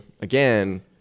again